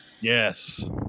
Yes